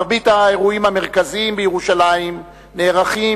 מרבית האירועים המרכזיים בירושלים נערכים